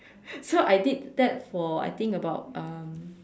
so I did that for I think about um